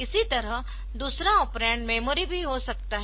इसी तरह दूसरा ऑपरेंड मेमोरी भी हो सकता है